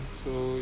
so